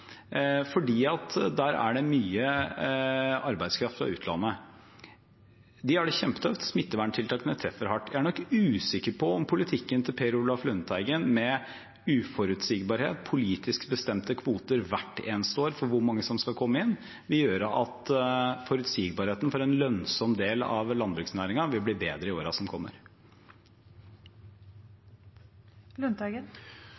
nok usikker på om politikken til Per Olaf Lundteigen med uforutsigbarhet, politisk bestemte kvoter hvert eneste år for hvor mange som skal komme inn, vil gjøre at forutsigbarheten for en lønnsom del av landbruksnæringen vil bli bedre i årene som